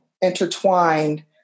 intertwined